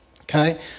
Okay